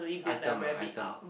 item ah item